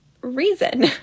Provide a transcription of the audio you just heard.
reason